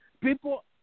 People